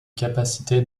capacité